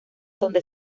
donde